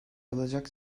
alacak